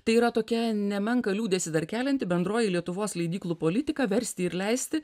tai yra tokia nemenką liūdesį dar kelianti bendroji lietuvos leidyklų politika versti ir leisti